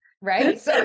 Right